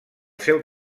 seu